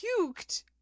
puked